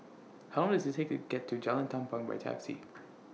How Long Does IT Take to get to Jalan Tampang By Taxi